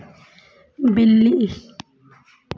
बिल्ली